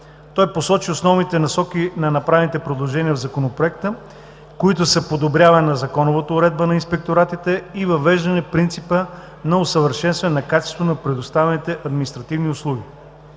Той посочи основните насоки на направените предложения в Законопроекта, които са подобряване на законовата уредба на инспекторатите и въвеждане принципа на усъвършенстване качеството на предоставяните административни услуги.